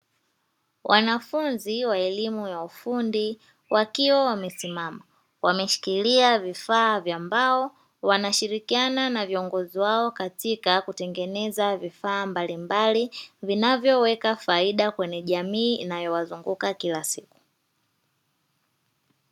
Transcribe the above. Wanafunzi wa elimu ya ufundi wakiwa wamesimama, wameshikilia vifaa vya mbao wanashirikiana na viongozi wao katika kutengeneza vifaa mbalimbali, vinavyoweka faida kwenye jamii inayowazunguka kila siku.